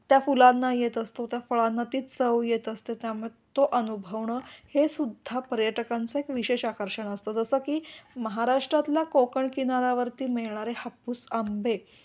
त्या फुलांना येत असतो त्या फळांना तीच चव येत असते त्यामुळे तो अनुभवणं हे सुद्धा पर्यटकांचं एक विशेष आकर्षण असतं जसं की महाराष्ट्रातला कोकण किनऱ्यावरती मिळणारे हापूस आंबे